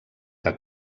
que